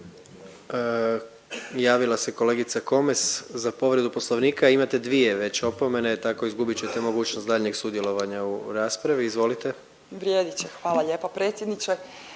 Javila se kolegica Komes za povredu Poslovnika, imate dvije već opomene. Tako, izgubit ćete mogućnost daljnjeg sudjelovanja u raspravi. Izvolite. **Komes, Magdalena (HDZ)** Vrijedit